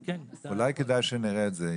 אולי כדאי שנראה את זה,